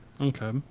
Okay